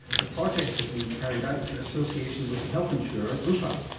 the project has been carried out in association with the health insurer, bupa.